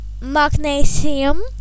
magnesium